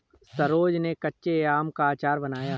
सरोज ने कच्चे आम का अचार बनाया